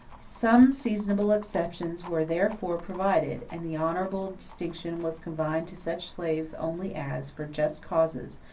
some seasonable exceptions were therefore provided and the honorable distinction was confined to such slaves only as, for just causes,